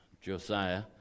Josiah